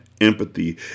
empathy